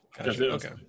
Okay